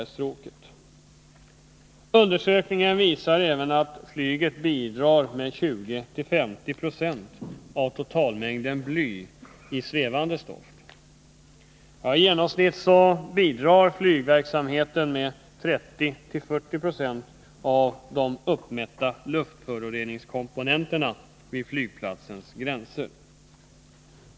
Undersökningen visar även att flyget bidrar med mellan 20 och 50 96 av totalmängden blyi svävande stoft. I genomsnitt bidrar 1 flygverksamheten med 30 å 40 96 av de uppmätta luftföroreningskomponenterna vid flygplatsens gränser.